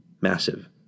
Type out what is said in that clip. massive